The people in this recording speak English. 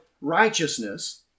righteousness